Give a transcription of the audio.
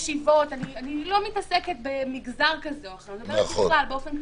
אני לא מתעסקת במגזר כזה או אחר אלא מדברת באופן כללי.